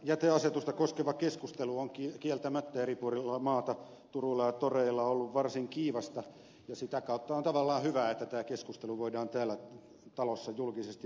hajajätevesiasetusta koskeva keskustelu on kieltämättä eri puolilla maata turuilla ja toreilla ollut varsin kiivasta ja sitä kautta on tavallaan hyvä että tämä keskustelu voidaan täällä talossa julkisesti nyt käydä